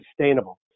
sustainable